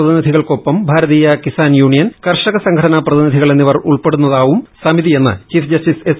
പ്രതിനിധികൾക്കൊപ്പം Bharatiya Kisan union കർഷക സംഘടന പ്രതിനിധികൾ എന്നിവർ ഉൾപ്പെടുന്നതാവും സമിതിയെന്നു ചീഫ് ജസ്റ്റിസ് എസ്